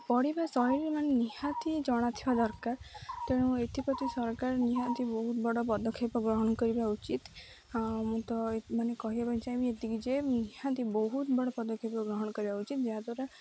ପଢ଼ିବା ଶୈଳୀରେ ମାନେ ନିହାତି ଜଣାଥିବା ଦରକାର ତେଣୁ ଏଥିପ୍ରତି ସରକାର ନିହାତି ବହୁତ ବଡ଼ ପଦକ୍ଷେପ ଗ୍ରହଣ କରିବା ଉଚିତ ମୁଁ ତ ମାନେ କହିବା ପାଇଁ ଚାହିଁ ଏତିକି ଯେ ନିହାତି ବହୁତ ବଡ଼ ପଦକ୍ଷେପ ଗ୍ରହଣ କରିବା ଉଚିତ ଯାହାଦ୍ୱାରା